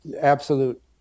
absolute